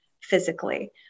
physically